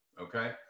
okay